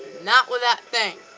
not with that thing